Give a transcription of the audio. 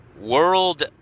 World